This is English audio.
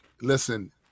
listen